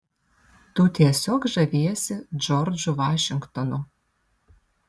tu tiesiog žaviesi džordžu vašingtonu